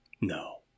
No